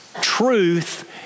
truth